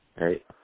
right